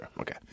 okay